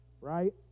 right